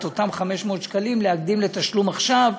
את אותם 500 שקלים להקדים לתשלום עכשיו,